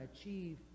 achieve